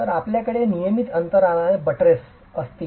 तर आपल्याकडे नियमित अंतराने बट्रेस असतील